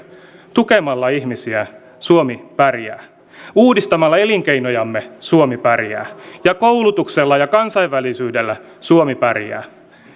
tukemalla ihmisiä suomi pärjää uudistamalla elinkeinojamme suomi pärjää ja koulutuksella ja kansainvälisyydellä suomi pärjää